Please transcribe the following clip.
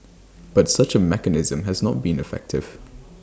but such A mechanism has not been effective